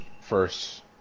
first